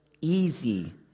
easy